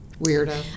Weirdo